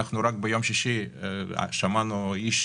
אנחנו רק ביום שישי שמענו איש